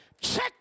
Check